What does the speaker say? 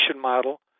model